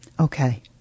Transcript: Okay